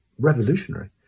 Revolutionary